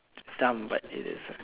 dumb but it is uh